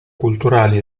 culturali